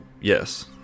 yes